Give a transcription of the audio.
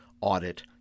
audit